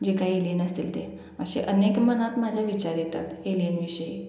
जे काय एलियन असतील ते असे अनेक मनात माझ्या विचार येतात एलियनविषयी